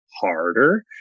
harder